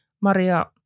maria